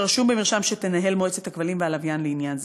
שרשום במרשם שתנהל מועצת הכבלים והלוויין לעניין זה.